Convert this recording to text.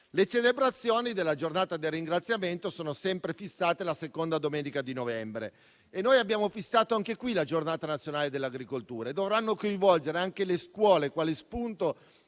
Le celebrazioni della giornata del ringraziamento sono sempre fissate la seconda domenica di novembre e noi abbiamo fissato anche per tale data la Giornata nazionale dell'agricoltura, con il coinvolgimento delle scuole per lo